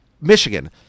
Michigan